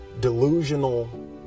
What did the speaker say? delusional